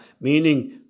meaning